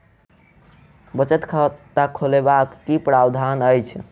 बचत खाता खोलेबाक की प्रावधान अछि?